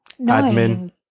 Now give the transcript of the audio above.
admin